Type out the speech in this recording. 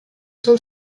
sont